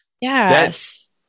Yes